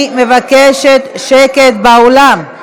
אני מבקשת שקט באולם.